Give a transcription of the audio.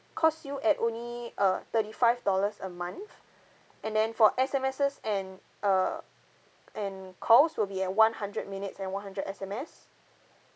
cost you at only uh thirty five dollars a month and then for S_M_Ses and err and calls will be at one hundred minutes and one hundred S_M_S